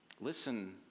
listen